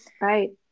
right